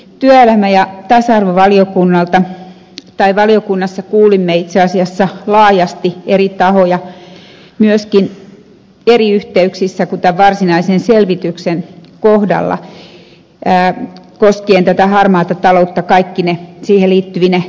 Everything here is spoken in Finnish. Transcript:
työelämä ja tasa arvovaliokunnassa kuulimme itse asiassa laajasti eri tahoja myöskin eri yhteyksissä kuin tämän varsinaisen selvityksen kohdalla koskien tätä harmaata taloutta kaikkine siihen liittyvine ilmiöineen